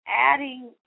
adding